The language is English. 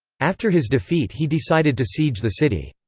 after his defeat he decided to siege the city.